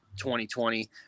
2020